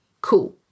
Cool